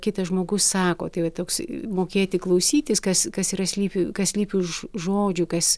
kitas žmogus sako tai va toks mokėti klausytis kas kas yra slypi kas slypi už žodžių kas